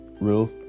rule